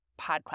podcast